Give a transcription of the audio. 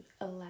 allow